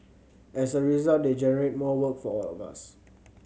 as a result they generate more work for all of us